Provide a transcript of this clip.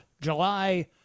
July